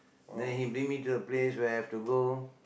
then he bring me to the place where I have to go